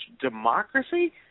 Democracy